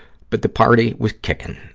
but the party was kickin'.